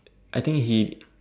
I think he